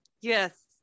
Yes